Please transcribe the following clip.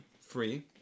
Free